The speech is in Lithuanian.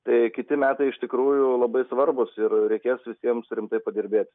tai kiti metai iš tikrųjų labai svarbūs ir reikės visiems rimtai padirbėti